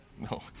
No